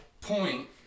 point